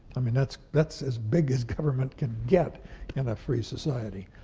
i mean, that's that's as big as government can get in a free society.